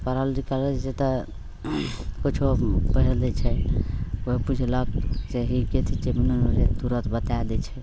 पढ़ल लिखल रहै छै तऽ किछु पढ़ि लै छै कोइ पुछलक जे ई कथी छिए नुन्नू रे तुरन्त बतै दै छै